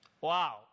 Wow